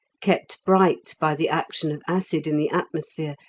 kept bright by the action of acid in the atmosphere,